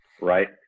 right